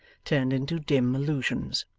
turned into dim illusions.